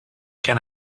can